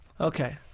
Okay